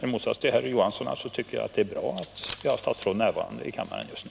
I motsats till herr Johansson anser jag alltså att det är bra att vi har statsråd närvarande i kammaren just nu.